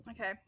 Okay